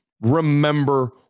remember